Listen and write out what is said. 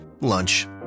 lunch